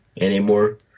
anymore